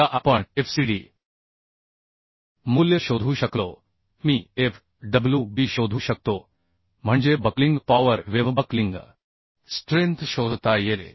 एकदा आपण Fcdमूल्य शोधू शकलो की मी Fwb शोधू शकतो म्हणजे buckling power wave buckling strength शोधता येते